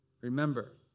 Remember